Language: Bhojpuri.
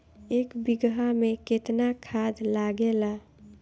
एक बिगहा में केतना खाद लागेला?